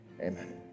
Amen